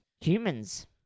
humans